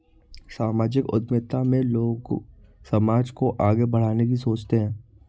सामाजिक उद्यमिता में लोग समाज को आगे बढ़ाने की सोचते हैं